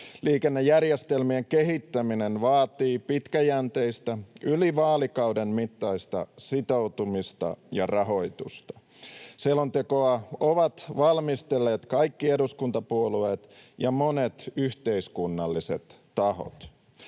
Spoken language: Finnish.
Liikennejärjestelmien kehittäminen vaatii pitkäjänteistä, yli vaalikauden mittaista sitoutumista ja rahoitusta. Selontekoa ovat valmistelleet kaikki eduskuntapuolueet ja monet yhteiskunnalliset tahot.